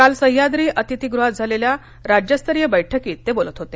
काल सह्याद्री अतिथीगृहात झालेल्या राज्यस्तरीय बैठकीत ते बोलत होते